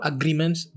Agreements